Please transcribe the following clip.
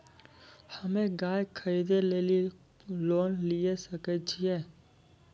हम्मे गाय खरीदे लेली लोन लिये सकय छियै?